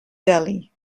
delhi